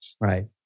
Right